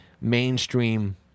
mainstream